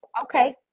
okay